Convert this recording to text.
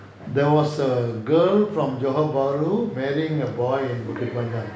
there was a girl from johor bahru marrying a boy in bukit panjang